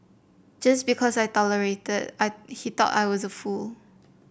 just because I tolerated I he thought I was a fool